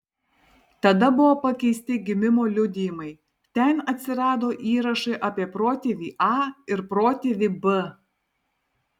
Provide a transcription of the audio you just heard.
tada buvo pakeisti gimimo liudijimai ten atsirado įrašai apie protėvį a ir protėvį b